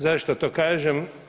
Zašto to kažem?